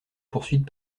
poursuite